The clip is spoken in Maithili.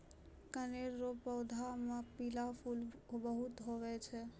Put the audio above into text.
कनेर रो पौधा मे पीला फूल बहुते हुवै छै